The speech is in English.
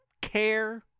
care